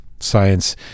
science